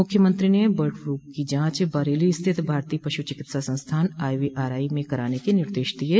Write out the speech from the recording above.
मुख्यमंत्री ने bird flu की जांच बरेली स्थित भारतीय पशु चिकित्सा संस्थान आईवीआरआई में कराने के निर्देश दिये